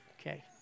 Okay